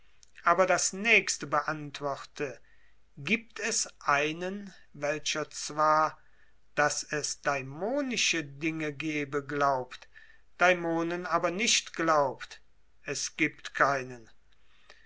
aber das nächste beantworte gibt es einen welcher zwar daß es daimonische dinge gebe glaubt daimonen aber nicht glaubt es gibt keinen